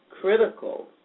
critical